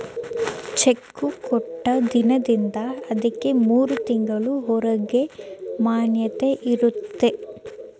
cheque ಕೊಟ್ಟ ದಿನದಿಂದ ಅದಕ್ಕೆ ಮೂರು ತಿಂಗಳು ಹೊರಗೆ ಮಾನ್ಯತೆ ಇರುತ್ತೆ